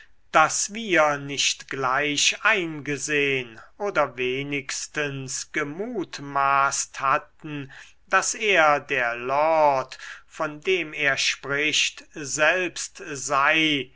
daß wir nicht gleich eingesehn oder wenigstens gemutmaßt hatten daß er der lord von dem er spricht selbst sei